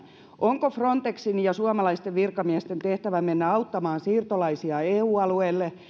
onko frontexin ja suomalaisten virkamiesten tehtävä mennä auttamaan siirtolaisia eu alueelle